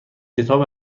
کتاب